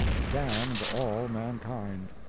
damned all mankind.